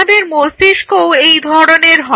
আমাদের মস্তিষ্কও এই ধরনের হয়